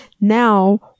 Now